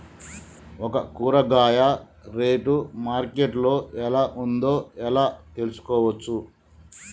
ఒక కూరగాయ rate market లో ఎలా ఉందో ఎలా తెలుసుకోవచ్చు?